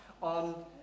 on